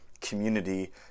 community